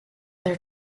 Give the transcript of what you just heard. their